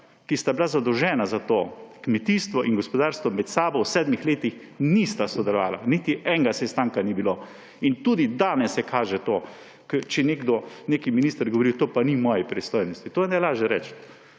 ki sta bili zadolženi za to, kmetijstvo in gospodarstvo, med sabo v sedmih letih nista sodelovali, niti enega sestanka ni bilo. In tudi danes se to kaže, če nek minister reče, to pa ni v moji pristojnosti – to je najlažje reči!